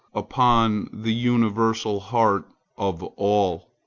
upon the universal heart of all,